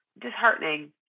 disheartening